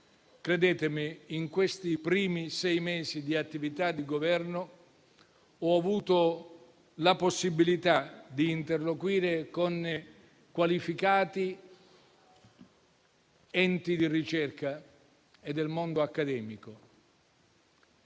Credetemi, in questi primi sei mesi di attività di governo ho avuto la possibilità di interloquire con qualificati enti di ricerca e con il mondo accademico: